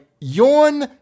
Yawn